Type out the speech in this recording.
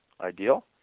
ideal